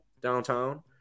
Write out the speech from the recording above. downtown